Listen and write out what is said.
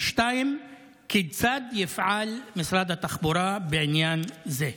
2. כיצד יפעל משרד התחבורה בעניין זה?